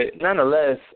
nonetheless